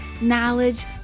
knowledge